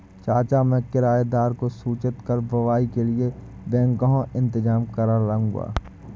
चाचा मैं किराएदार को सूचित कर बुवाई के लिए बैकहो इंतजाम करलूंगा